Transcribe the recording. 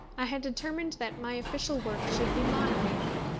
i had determined that my official work should be moderated,